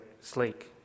sleek